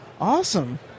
Awesome